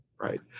right